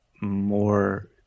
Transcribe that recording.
more